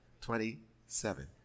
twenty-seven